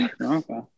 Okay